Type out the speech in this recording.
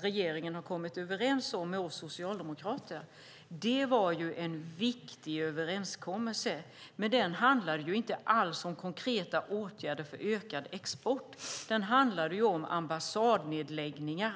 regeringen har kommit överens med oss socialdemokrater om. Det var en viktig överenskommelse, men den handlade inte om konkreta åtgärder för ökad export. Den handlade om ambassadnedläggningar.